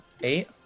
eight